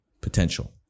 potential